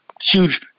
huge